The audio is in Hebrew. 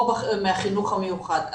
או מהחינוך המיוחד.